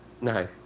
No